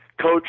coach